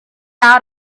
out